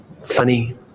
funny